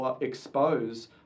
expose